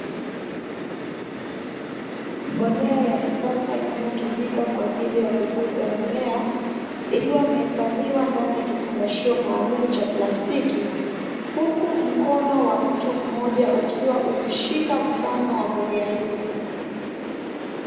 Mbolea ya kisasa inayotumika kwa ajili ya kukuza mimea, ikiwa imehifadhiwa ndani ya kifungashio maalumu cha plastiki, huku mkono wa mtu mmoja ukiwa umeshika mfano wa mbolea hiyo.